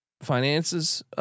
finances